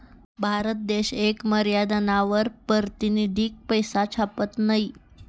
भारत देश येक मर्यादानावर पारतिनिधिक पैसा छापत नयी